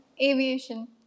aviation